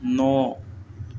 न'